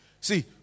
See